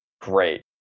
Great